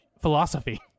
philosophy